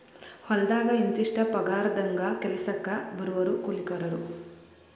ಹೊಲದಾಗ ಇಂತಿಷ್ಟ ಪಗಾರದಂಗ ಕೆಲಸಕ್ಜ ಬರು ಕೂಲಿಕಾರರು